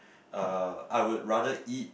uh I would rather eat